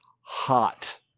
hot